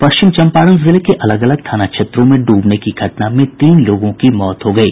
पश्चिम चम्पारण जिले के अलग अलग थाना क्षेत्रों में डूबने की घटना में तीन लोगों की मौत हो गयी